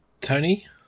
Tony